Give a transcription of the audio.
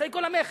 אחרי כל המכס,